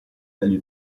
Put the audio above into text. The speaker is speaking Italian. dagli